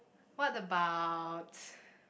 what about